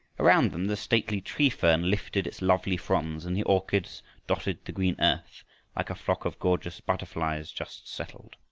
around them the stately tree-fern lifted its lovely fronds and the orchids dotted the green earth like a flock of gorgeous butterflies just settled.